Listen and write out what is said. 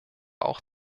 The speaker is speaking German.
auch